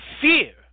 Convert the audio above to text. fear